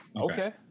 Okay